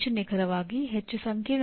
ಈ ಪ್ರಶ್ನೆಗಳಿಗೆ ಉತ್ತರಿಸಲು ಪ್ರಯತ್ನಿಸಿ